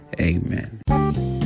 amen